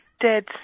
dead